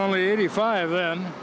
only eighty five then